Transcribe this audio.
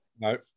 No